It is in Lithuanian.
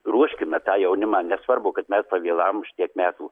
ruoškime tą jaunimą nesvarbu kad mes pavėlavom šitiek metų